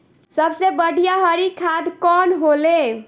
सबसे बढ़िया हरी खाद कवन होले?